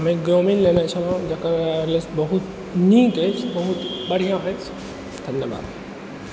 हम लेने छलहुँ जकर वायरलेस बहुत नीक अछि बहुत बढ़िआँ छि धन्यवाद